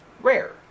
rare